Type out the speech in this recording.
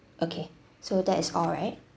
okay so that's all right